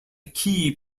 key